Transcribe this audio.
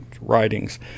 writings